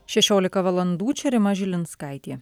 šešiolika valandų čia rima žilinskaitė